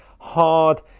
hard